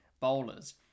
bowlers